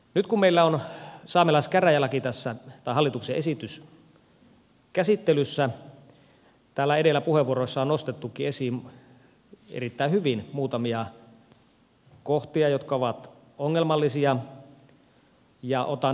nyt kun meillä on hallituksen esitys saamelaiskäräjälaiksi käsittelyssä täällä edellä puheenvuoroissa on nostettukin esiin erittäin hyvin muutamia kohtia jotka ovat ongelmallisia ja otan itse esiin tämän saamelaismääritelmän